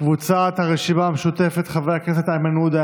קבוצת סיעת הרשימה המשותפת: חברי הכנסת איימן עודה,